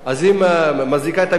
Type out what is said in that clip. אז היא מזעיקה את המשטרה,